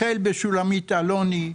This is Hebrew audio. החל משולמית אלוני,